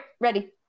Ready